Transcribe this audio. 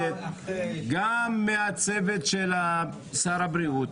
גם מהצוות של שר הבריאות,